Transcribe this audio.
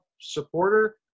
supporter